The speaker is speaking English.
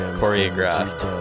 choreographed